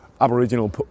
aboriginal